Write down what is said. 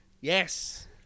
Yes